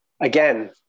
Again